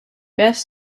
best